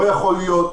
לא ייתכן